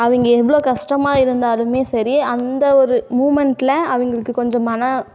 அவங்க எவ்வளோ கஷ்டமா இருந்தாலுமே சரி அந்த ஒரு மூவ்மெண்ட்டில் அவங்களுக்கு கொஞ்சம் மன